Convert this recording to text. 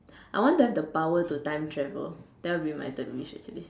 I want to have the power to time travel that will be my third wish already